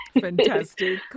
Fantastic